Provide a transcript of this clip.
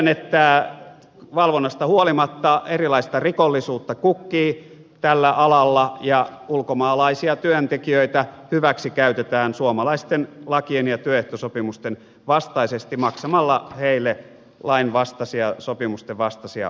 tiedän että valvonnasta huolimatta erilaista rikollisuutta kukkii tällä alalla ja ulkomaalaisia työntekijöitä hyväksikäytetään suomalaisten lakien ja työehtosopimusten vastaisesti maksamalle heille lainvastaisia sopimustenvastaisia palkkoja